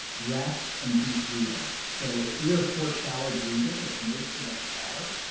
rest and deep breathing. so if we are short, shallow breathing, which most of us are,